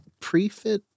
prefit